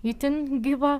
itin gyva